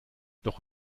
doch